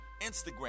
Instagram